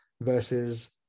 versus